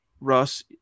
Russ